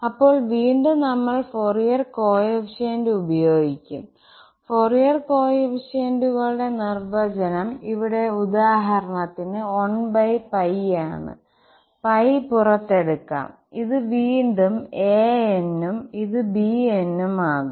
അപ്പോൾ വീണ്ടും നമ്മൾ ഫൊറിയർ കോഎഫിഷ്യന്റ് ഉപയോഗിക്കുംഫൊറിയർ കോഫിഫിഷ്യന്റുകളുടെ നിർവചനം ഇവിടെ ഉദാഹരണത്തിന് 1 ആണ്പുറത്തെടുക്കാം ഇത് വീണ്ടും an ഉം ഇത് bn ഉം ആകും